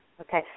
Okay